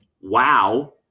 Wow